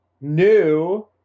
new